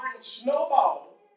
snowball